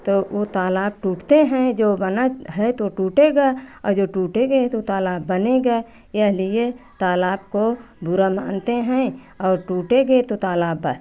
तो वह तालाब टूटते हैं जो बना है तो टूटेगा और जो टूटेगे तो तालाब बनेगा यह लिए तालाब को बुरा मानते हैं और टूटेगे तो तालाब